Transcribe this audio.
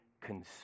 consumed